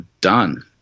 done